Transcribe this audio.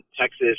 Texas